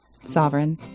Sovereign